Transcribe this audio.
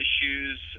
issues